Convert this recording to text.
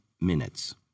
minutes